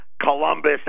Columbus